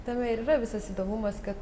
tame yra visas įdomumas kad